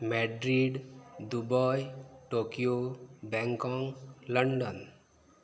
Madrid Dubai Tokyo Bangkok London